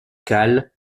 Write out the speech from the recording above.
cales